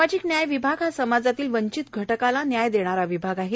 सामाजिक न्याय विभाग हा समाजातील वंचित घटकाला न्याय देणारा विभाग आहे